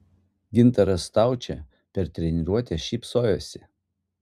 gintaras staučė per treniruotę šypsojosi